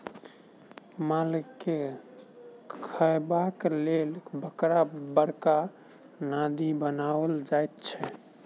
मालके खयबाक लेल बड़का बड़का नादि बनाओल जाइत छै